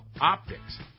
optics